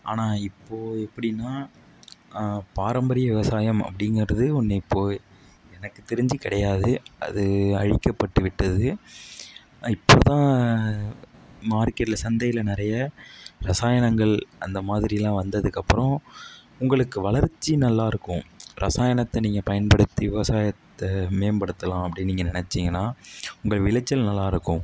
ஆனால் இப்போது எப்படின்னா பாரம்பரிய விவசாயம் அப்படிங்கிறது ஒன்று இப்போது எனக்கு தெரிஞ்சு கிடையாது அது அழிக்கப்பட்டு விட்டது இப்போ தான் மார்க்கெட்டில் சந்தையில் நிறைய ரசாயனங்கள் அந்த மாதிரிலாம் வந்ததுக்கப்புறம் உங்களுக்கு வளர்ச்சி நல்லாயிருக்கும் ரசாயனத்தை நீங்கள் பயன்படுத்தி விவசாயத்தை மேம்படுத்தலாம் அப்படின்னு நீங்கள் நினச்சிங்கனா உங்கள் விளைச்சல் நல்லாயிருக்கும்